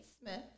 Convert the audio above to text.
Smith